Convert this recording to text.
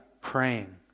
praying